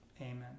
Amen